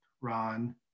Ron